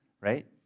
right